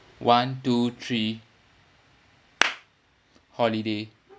one two three holiday